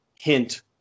hint